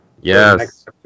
Yes